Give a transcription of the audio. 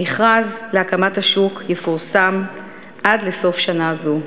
המכרז להקמת השוק יפורסם עד לסוף שנה זו.